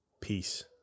peace